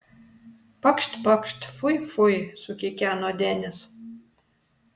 pakšt pakšt fui fui sukikeno denis